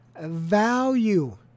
value